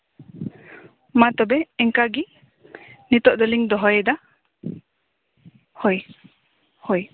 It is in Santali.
ᱢᱟ ᱛᱚᱵᱮ ᱮᱱᱠᱟᱹ ᱜᱮ ᱱᱤᱛᱳᱜ ᱫᱚᱞᱤᱧ ᱫᱚᱦᱚᱭᱮᱫᱟ ᱦᱳᱭ ᱦᱳᱭ